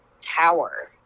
tower